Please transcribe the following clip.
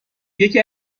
یکی